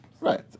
Right